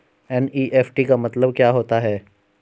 NEFT का मतलब क्या होता है?